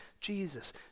Jesus